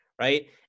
right